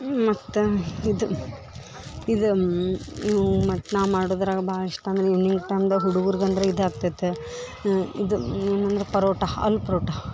ಮತ್ತು ಇದು ಇದು ಮತ್ತು ನಾ ಮಾಡುದ್ರಾಗ ಭಾಳ್ ಇಷ್ಟ ಅಂದ್ರ ಈವ್ನಿಂಗ್ ಟೈಮ್ದಾಗ ಹುಡುಗುರ್ಗೆ ಅಂದ್ರ ಇದಾಗ್ತೈತೆ ಇದು ಏನಂದ್ರ ಪರೋಟ ಆಲು ಪರೋಟ